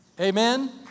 Amen